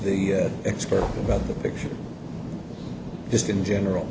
the expert about the picture just in general